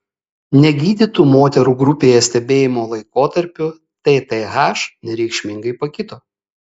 negydytų moterų grupėje stebėjimo laikotarpiu tth nereikšmingai pakito